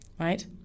right